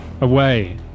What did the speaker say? away